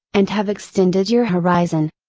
and have extended your horizon.